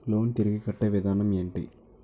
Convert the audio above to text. Loan తిరిగి కట్టే విధానం ఎంటి?